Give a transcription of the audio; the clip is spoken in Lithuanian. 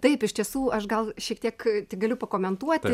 taip iš tiesų aš gal šiek tiek tik galiu pakomentuoti